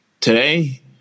today